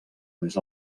més